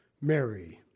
Mary